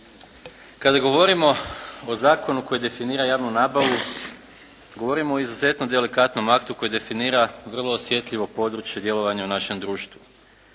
Kada govorimo o zakonu koji definira javnu nabavu govorimo o izuzetno delikatnom aktu koji definira vrlo osjetljivo područje djelovanja u našem društvu.